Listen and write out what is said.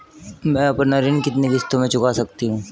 मैं अपना ऋण कितनी किश्तों में चुका सकती हूँ?